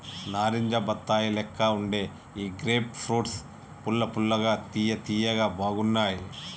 నారింజ బత్తాయి లెక్క వుండే ఈ గ్రేప్ ఫ్రూట్స్ పుల్ల పుల్లగా తియ్య తియ్యగా బాగున్నాయ్